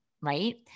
right